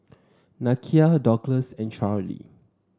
Nakia Douglas and Charlee